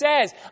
says